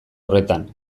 horretan